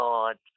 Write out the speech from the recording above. God